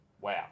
wow